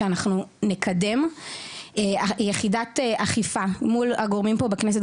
שאנחנו נקדם יחידת אכיפה מול הגורמים פה בכנסת,